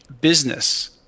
business